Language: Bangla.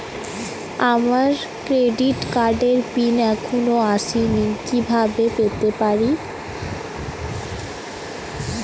আমার ক্রেডিট কার্ডের পিন এখনো আসেনি কিভাবে পেতে পারি?